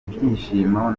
ibyishimo